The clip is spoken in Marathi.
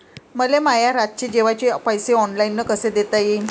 मले माया रातचे जेवाचे पैसे ऑनलाईन कसे देता येईन?